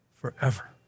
forever